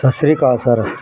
ਸਤਿ ਸ੍ਰੀ ਅਕਾਲ ਸਰ